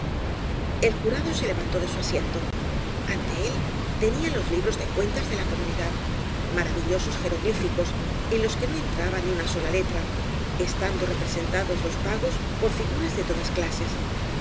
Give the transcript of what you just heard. el jurado se levantó de su asiento ante él tenía los libros de cuentas de la comunidad ma ravillosos jeroglíficos en los que no entraba ni una sola letra estando representados los pagos por figuras de todas clases asi